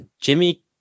Jimmy